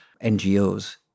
NGOs